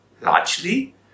Largely